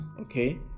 okay